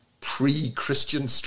pre-Christian